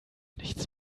nichts